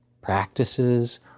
practices